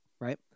right